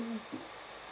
mm